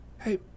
Hey